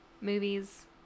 movies